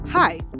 Hi